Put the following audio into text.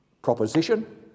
Proposition